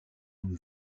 une